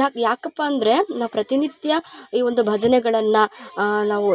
ಯಾಕೆ ಯಾಕಪ್ಪ ಅಂದರೆ ನಾವು ಪ್ರತಿನಿತ್ಯ ಈ ಒಂದು ಭಜನೆಗಳನ್ನ ನಾವು